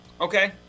Okay